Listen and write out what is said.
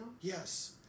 Yes